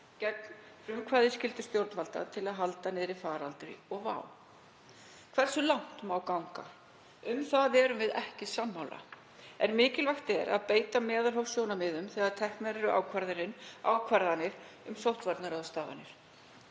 vegar frumkvæðisskyldu stjórnvalda til að halda niðri faraldri og vá. Hversu langt má ganga? Um það erum við ekki sammála en mikilvægt er að beita meðalhófssjónarmiðum þegar teknar eru ákvarðanir um sóttvarnaráðstafanir.